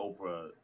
Oprah